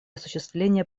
осуществления